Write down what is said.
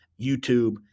YouTube